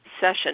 session